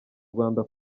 rwanda